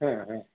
हां हां